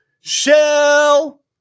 Shell